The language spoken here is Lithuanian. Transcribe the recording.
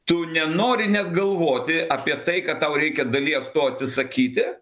tu nenori net galvoti apie tai kad tau reikia dalies to atsisakyti